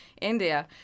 India